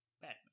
Batman